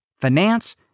finance